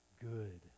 good